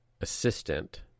assistant